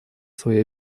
свои